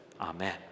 Amen